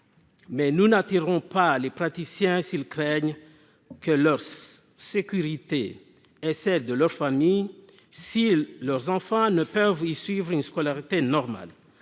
? Nous n'attirerons pas les praticiens s'ils craignent pour leur sécurité et celle de leur famille, ni si leurs enfants ne peuvent y suivre une scolarité normale,